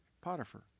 Potiphar